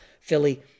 Philly